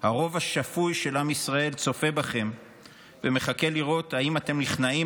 הרוב השפוי של עם ישראל צופה בכם ומחכה לראות אם אתם נכנעים